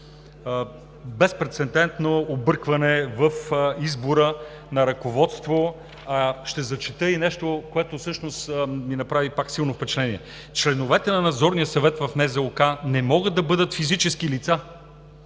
безпрецедентно объркване в избора на ръководство. Ще зачета и нещо, което всъщност ми направи пак силно впечатление: „Членовете на Надзорния съвет в НЗОК не могат да бъдат физически лица,